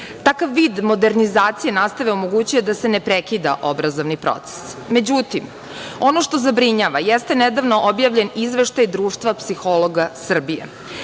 vid modernizacije nastave omogućava da se ne prekida obrazovni proces. Međutim, ono što zabrinjava jeste nedavno objavljen izveštaj Društva psihologa Srbije.